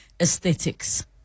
aesthetics